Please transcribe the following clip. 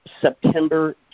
september